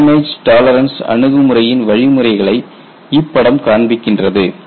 damage tolerance அணுகுமுறையின் வழிமுறைகளை இப்படம் காண்பிக்கின்றது